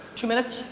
two minutes?